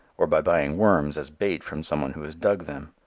or by buying worms as bait from some one who has dug them?